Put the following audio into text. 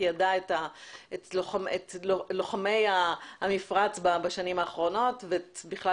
שתיעדה את לוחמי המפרץ בשנים האחרונות ובכלל